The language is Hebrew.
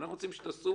אנחנו רוצים שתכניסו